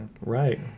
right